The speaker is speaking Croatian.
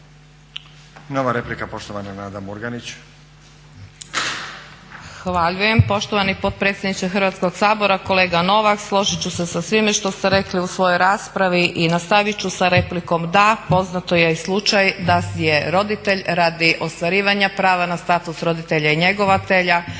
Nova replika, poštovana Nada Murganić. **Murganić, Nada (HDZ)** Zahvaljujem poštovani potpredsjedniče Hrvatskog sabora. Kolega Novak složit ću se sa svime što ste rekli u svojoj raspravi i nastavit ću sa replikom. Da, poznat je slučaj da je roditelj radi ostvarivanja prava na status roditelja i njegovatelja